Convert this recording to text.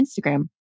Instagram